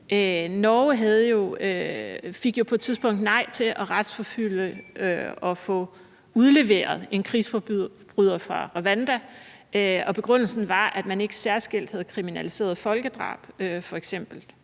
Norge fik jo på et tidspunkt nej til at retsforfølge og få udleveret en krigsforbryder fra Rwanda, og begrundelsen var, at man ikke særskilt havde kriminaliseret folkedrab.